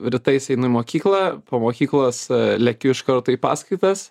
rytais einu į mokyklą po mokyklos lekiu iškarto į paskaitas